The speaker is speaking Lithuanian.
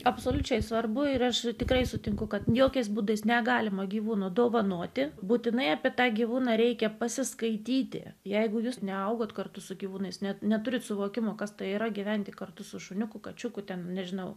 absoliučiai svarbu ir aš tikrai sutinku kad jokiais būdais negalima gyvūno dovanoti būtinai apie tą gyvūną reikia pasiskaityti jeigu jūs neaugote kartu su gyvūnais net neturite suvokimo kas tai yra gyventi kartu su šuniuku kačiuku ten nežinau